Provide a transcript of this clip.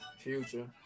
Future